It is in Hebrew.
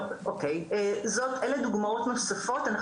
אנחנו רואים דוגמאות נוספות,